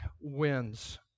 wins